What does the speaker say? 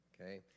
Okay